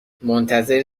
منتظر